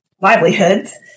livelihoods